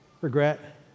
regret